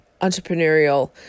entrepreneurial